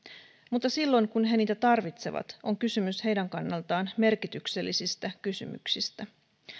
mutta silloin kun he niitä tarvitsevat on kysymys heidän kannaltaan merkityksellisistä kysymyksistä